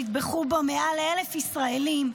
שנטבחו בו מעל 1,000 ישראלים,